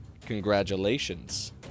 Congratulations